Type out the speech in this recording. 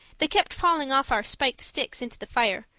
they kept falling off our spiked sticks into the fire,